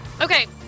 Okay